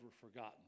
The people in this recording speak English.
forgotten